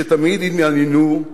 שתמיד התעניינו,